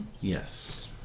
Yes